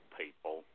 people